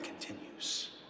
continues